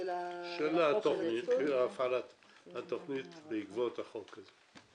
של הפעלת התוכנית בעקבות החוק הזה.